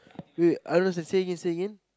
wait wait I was like say again say again